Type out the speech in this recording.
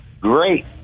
great